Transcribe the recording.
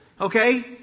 okay